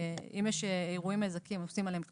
שאם יש אירועים מזכים עושים עליהם חשבונות,